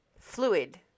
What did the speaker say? fluid